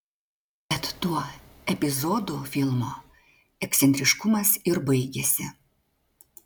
bet tuo epizodu filmo ekscentriškumas ir baigiasi